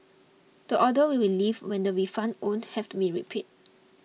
the order will be lifted when the refunds owed have to be repaid